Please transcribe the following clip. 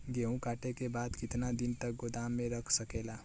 गेहूँ कांटे के बाद कितना दिन तक गोदाम में रह सकेला?